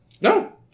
No